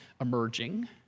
emerging